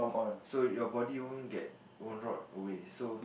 so your body won't get won't rot away so